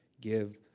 give